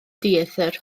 dieithr